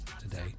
today